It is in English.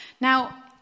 Now